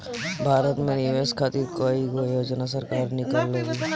भारत में निवेश खातिर कईगो योजना सरकार निकलले बिया